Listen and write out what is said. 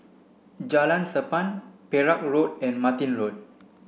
Jalan Sappan Perak Road and Martin Road